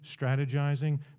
strategizing